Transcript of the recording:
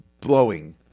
blowing